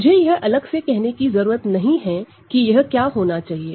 मुझे यह अलग से कहने की जरूरत नहीं है कि यह क्या होना चाहिए